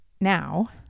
now